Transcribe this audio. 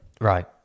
Right